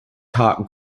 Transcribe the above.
talk